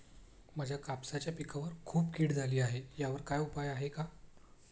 माझ्या कापसाच्या पिकावर खूप कीड झाली आहे यावर काय उपाय आहे का?